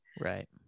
Right